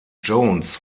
jones